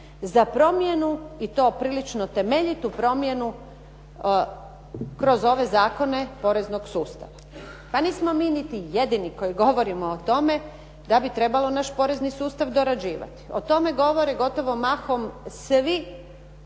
za primjenu i to prilično temeljitu promjenu kroz ove zakone poreznog sustava. Pa nismo mi niti jedini koji govorimo o tome da bi trebalo naš porezni sustav dorađivati. O tome govore gotovo mahom svi